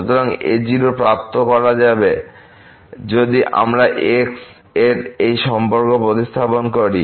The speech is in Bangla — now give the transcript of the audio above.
সুতরাং a0 প্রাপ্ত করা যাবে যদি আমরা x এর এই সম্পর্ক প্রতিস্থাপন করি